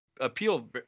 appeal